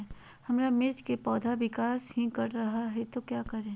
हमारे मिर्च कि पौधा विकास ही कर रहा है तो क्या करे?